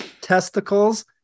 testicles